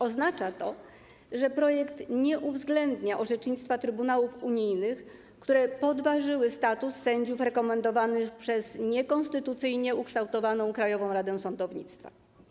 Oznacza to, że projekt nie uwzględnia orzecznictwa trybunałów unijnych, które podważyły status sędziów rekomendowanych przez niekonstytucyjnie ukształtowaną Krajową Radę Sądownictwa.